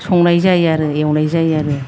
संनाय जायो आरो एवनाय जायो आरो